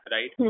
Right